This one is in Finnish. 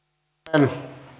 arvoisa